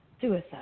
suicide